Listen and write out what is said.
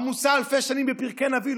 עמוסה אלפי שנים בפרקי נביא,